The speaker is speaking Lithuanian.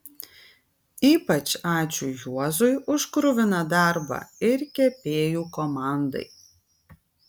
ypač ačiū juozui už kruviną darbą ir kepėjų komandai